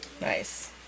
Nice